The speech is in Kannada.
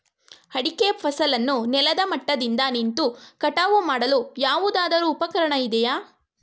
ಅಡಿಕೆ ಫಸಲನ್ನು ನೆಲದ ಮಟ್ಟದಿಂದ ನಿಂತು ಕಟಾವು ಮಾಡಲು ಯಾವುದಾದರು ಉಪಕರಣ ಇದೆಯಾ?